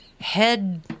head